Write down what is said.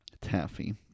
Taffy